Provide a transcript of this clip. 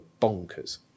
bonkers